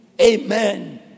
Amen